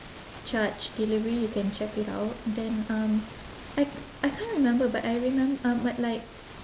charge delivery you can check it out then um I I can't remember but I remem~ um but like